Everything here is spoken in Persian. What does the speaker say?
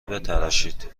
بتراشید